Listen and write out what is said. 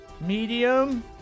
medium